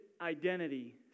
identity